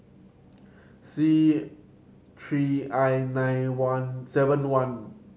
C three I nine one seven one